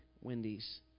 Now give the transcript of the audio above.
Wendy's